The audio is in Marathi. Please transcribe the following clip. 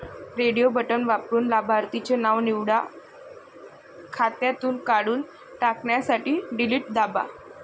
रेडिओ बटण वापरून लाभार्थीचे नाव निवडा, खात्यातून काढून टाकण्यासाठी डिलीट दाबा